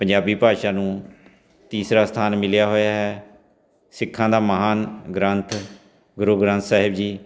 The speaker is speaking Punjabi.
ਪੰਜਾਬੀ ਭਾਸ਼ਾ ਨੂੰ ਤੀਸਰਾ ਸਥਾਨ ਮਿਲਿਆ ਹੋਇਆ ਹੈ ਸਿੱਖਾਂ ਦਾ ਮਹਾਨ ਗ੍ਰੰਥ ਗੁਰੂ ਗ੍ਰੰਥ ਸਾਹਿਬ ਜੀ